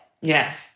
Yes